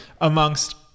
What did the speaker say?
amongst